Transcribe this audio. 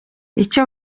icyo